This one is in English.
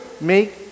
make